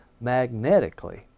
magnetically